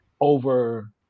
over